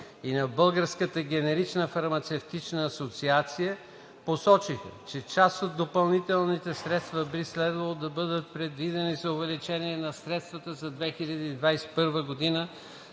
и на Българската генерична фармацевтична асоциация посочиха, че част от допълнителните средства би следвало да бъдат предвидени за увеличение на средствата за 2021 г. за